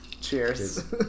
Cheers